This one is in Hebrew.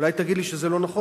אולי תגיד לי שזה לא נכון,